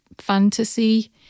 fantasy